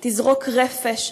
תזרוק רפש,